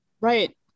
Right